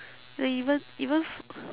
no even even f~